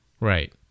Right